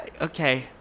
okay